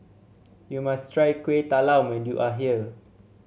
you must try Kueh Talam when you are here